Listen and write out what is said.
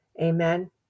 amen